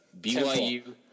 BYU